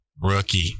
rookie